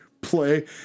Play